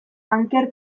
anker